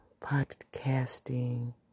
podcasting